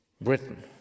Britain